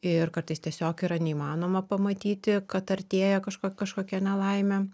ir kartais tiesiog yra neįmanoma pamatyti kad artėja kažko kažkokia nelaimė